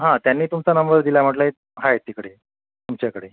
हां त्यांनी तुमचा नंबर दिला आहे म्हटलं आहे तिकडे तुमच्याकडे